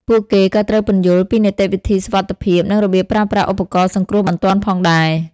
ពួកគេក៏ត្រូវពន្យល់ពីនីតិវិធីសុវត្ថិភាពនិងរបៀបប្រើប្រាស់ឧបករណ៍សង្គ្រោះបន្ទាន់ផងដែរ។